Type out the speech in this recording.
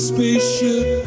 Spaceship